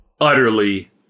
utterly